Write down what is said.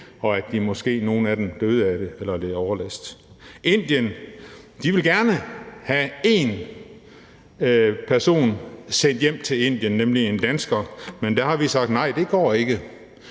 nogle af dem måske døde af det eller led overlast. Indien vil gerne have én person sendt til Indien, nemlig en dansker, men der har vi sagt nej – det går ikke,